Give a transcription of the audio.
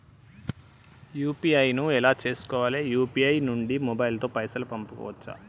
UPI ను ఎలా చేస్కోవాలి యూ.పీ.ఐ నుండి మొబైల్ తో పైసల్ పంపుకోవచ్చా?